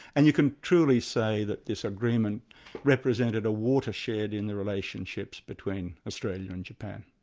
and you can truly say that this agreement represented a watershed in the relationships between australia and japan.